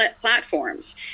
platforms